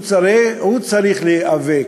הוא צריך להיאבק,